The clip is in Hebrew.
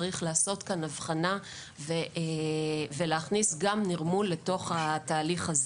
צריך לעשות כאן הבחנה ולהכניס גם נרמול אל תוך התהליך הזה.